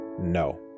No